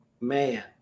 man